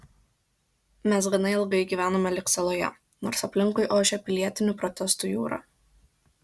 mes gana ilgai gyvenome lyg saloje nors aplinkui ošė pilietinių protestų jūra